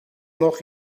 noch